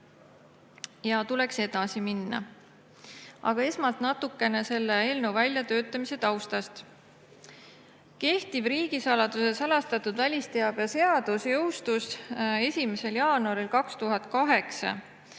ja tuleks edasi minna. Aga esmalt natukene eelnõu väljatöötamise taustast. Kehtiv riigisaladuse ja salastatud välisteabe seadus jõustus 1. jaanuaril 2008,